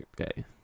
okay